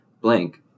blank